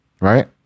right